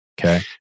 Okay